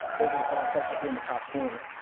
those are the five sites up there in the top corner.